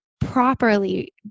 properly